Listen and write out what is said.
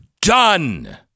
done